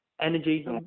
energy